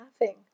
laughing